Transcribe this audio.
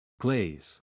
Glaze